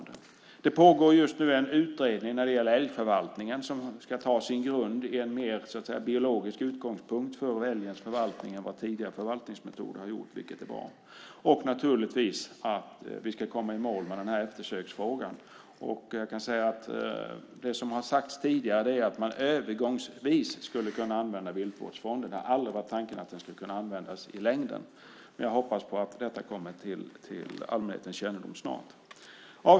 Det pågår just nu en utredning om älgförvaltningen som ska ta sin grund i en mer biologisk utgångspunkt för älgens förvaltning än vad tidigare förvaltningsmetoder har gjort, vilket är bra. Och naturligtvis ska vi komma i mål med eftersöksfrågan. Det som har sagts tidigare är att man övergångsvis skulle kunna använda Viltvårdsfonden. Det har aldrig varit tanken att den ska kunna användas i längden. Men jag hoppas på att detta kommer till allmänhetens kännedom snart.